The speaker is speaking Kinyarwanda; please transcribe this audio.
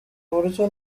buryo